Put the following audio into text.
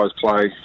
play